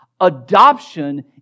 Adoption